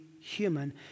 human